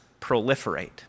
proliferate